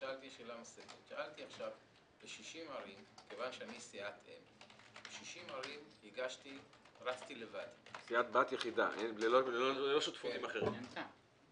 אבל